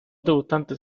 debutantes